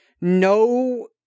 no